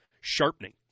sharpening